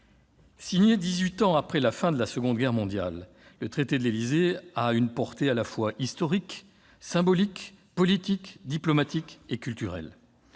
dix-huit ans après la fin de la Seconde Guerre mondiale, le traité de l'Élysée a une portée à la fois historique, symbolique, politique, diplomatique et culturelle.